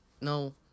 no